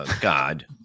God